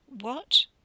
What